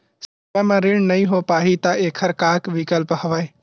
समय म ऋण नइ हो पाहि त एखर का विकल्प हवय?